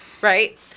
right